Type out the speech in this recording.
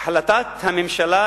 ההחלטה ממשיכה